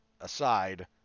aside